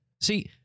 See